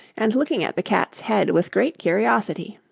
and looking at the cat's head with great curiosity.